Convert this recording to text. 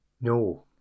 No